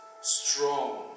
strong